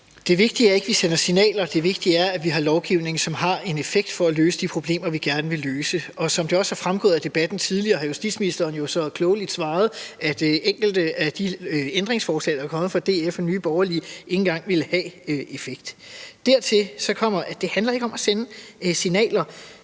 (UFG): Det vigtige er ikke, at vi sender signaler; det vigtige er, at vi har lovgivning, som har en effekt på at løse de problemer, vi gerne vil løse. Og som det også er fremgået af debatten tidligere, har justitsministeren så klogeligt svaret, at enkelte af de ændringsforslag, der er kommet fra DF og Nye Borgerlige, ikke engang ville have effekt. Dertil kommer, at det ikke handler om at sende signaler.